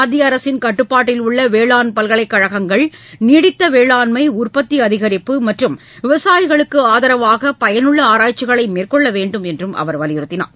மத்திய அரசின் கட்டுப்பாட்டில் உள்ள வேளாண் பல்கலைக்கழகங்கள் நீடித்த வேளாண்மை உற்பத்தி அதிகரிப்பு மற்றும் விவசாயிகளுக்கு ஆதரவாக பயனுள்ள ஆராய்ச்சிகளை மேற்கொள்ள வேண்டும் என வலியுறுத்தினார்